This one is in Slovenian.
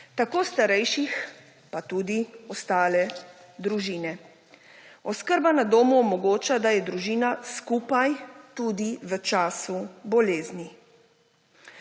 tako starejših pa tudi ostale družine. Oskrba na domu omogoča, da je družina skupaj tudi v času bolezni.